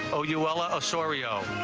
oh, you well, ah asorio